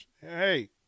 hey